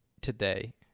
today